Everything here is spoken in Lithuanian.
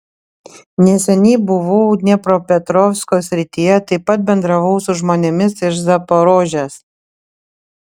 neseniai buvau dniepropetrovsko srityje taip pat bendravau su žmonėmis iš zaporožės